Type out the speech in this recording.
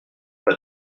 pas